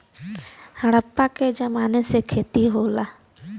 हड़प्पा के जमाने से खेती होत हौ